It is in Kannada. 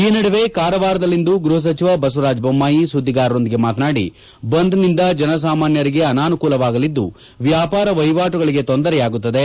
ಈ ನಡುವೆ ಕಾರವಾರದಲ್ಲಿಂದು ಗೃಪ ಸಚಿವ ಬಸವರಾಜ ಬೊಮ್ನಾಯಿ ಸುದ್ಲಿಗಾರರೊಂದಿಗೆ ಮಾತನಾಡಿ ಬಂದ್ನಿಂದ ಜನಸಾಮಾನ್ನರಿಗೆ ಅನಾನುಕೂಲವಾಗಲಿದ್ಲು ವ್ಯಾಪಾರ ವಹಿವಾಟುಗಳಿಗೆ ತೊಂದರೆಯಾಗುತ್ತದೆ